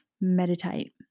Meditate